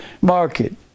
market